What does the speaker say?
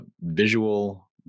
visual